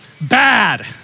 bad